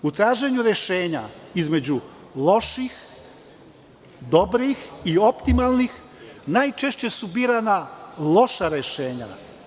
U traženju rešenja između loših, dobrih i optimalnih, najčešće su birana loša rešenja.